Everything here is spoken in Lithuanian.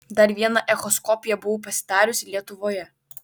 dar vieną echoskopiją buvau pasidariusi lietuvoje